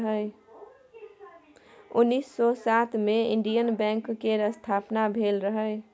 उन्नैस सय सात मे इंडियन बैंक केर स्थापना भेल रहय